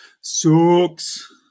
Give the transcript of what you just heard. sucks